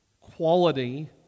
quality